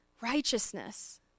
Righteousness